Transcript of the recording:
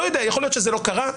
יכול להיות שזה לא קרה,